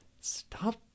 Stop